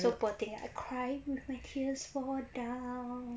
so poor thing I cry with my tears fall down